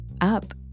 up